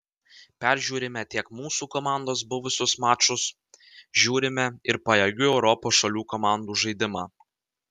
peržiūrime tiek mūsų komandos buvusius mačus žiūrime ir pajėgių europos šalių komandų žaidimą